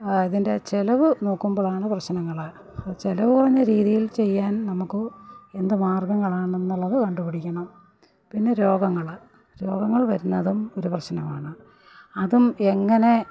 അതിൻ്റെ ചെലവ് നോക്കുമ്പോഴാണ് പ്രശ്നങ്ങള് ചെലവ് കുറഞ്ഞ രീതിയിൽ ചെയ്യാൻ നമുക്ക് എന്തു മാര്ഗങ്ങളാണെന്നുള്ളത് കണ്ടുപിടിക്കണം പിന്നെ രോഗങ്ങള് രോഗങ്ങൾ വരുന്നതും ഒരു പ്രശ്നമാണ് അതും എങ്ങനെ